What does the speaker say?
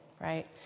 right